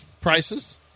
Prices